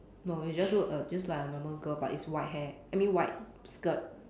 no it just look err just like a normal girl but it's white hair I mean white skirt